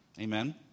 Amen